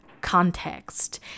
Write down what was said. context